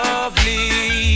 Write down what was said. Lovely